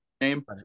name